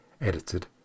edited